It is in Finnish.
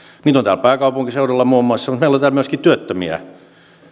on täällä pääkaupunkiseudulla muun muassa mutta meillä on täällä myöskin työttömiä